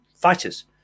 Fighters